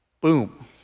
Boom